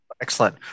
Excellent